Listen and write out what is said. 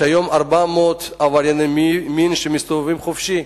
יש היום כ-400 עברייני מין שמסתובבים חופשי.